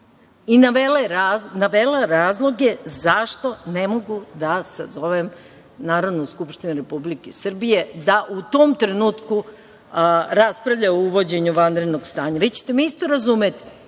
i navela razloge zašto ne mogu da sazovem Narodnu skupštinu Republike Srbije da u tom trenutku raspravlja o uvođenju vanrednog stanja. Vi ćete me isto razumeti,